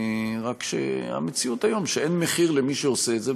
רק שהמציאות היום היא שאין מחיר למי שעושה את זה.